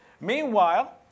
Meanwhile